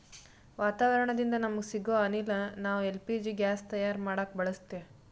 ವಾತಾವರಣದಿಂದ ನಮಗ ಸಿಗೊ ಅನಿಲ ನಾವ್ ಎಲ್ ಪಿ ಜಿ ಗ್ಯಾಸ್ ತಯಾರ್ ಮಾಡಕ್ ಬಳಸತ್ತೀವಿ